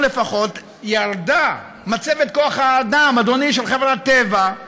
לפחות ירדה מצבת כוח האדם של חברת טבע,